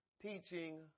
teaching